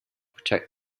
protect